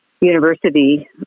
university